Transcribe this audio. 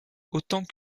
autant